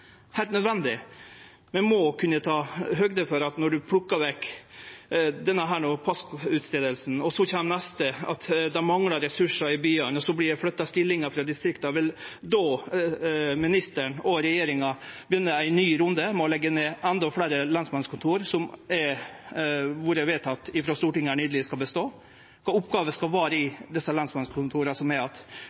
heilt nødvendig. Vi må kunne ta høgde for at når ein plukkar vekk denne passutferdinga, så kjem det neste, at dei manglar ressursar i byane, og så vert det flytta stillingar frå distrikta. Vil då ministeren og regjeringa begynne ein ny runde og leggje ned endå fleire lensmannskontor, som Stortinget nyleg har vedteke skal bestå? Kva for oppgåver skal vere i dei lensmannskontora som er